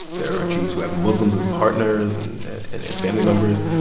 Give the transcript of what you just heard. there are jews who have muslims as partners and and and family members,